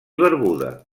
barbuda